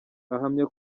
ahamya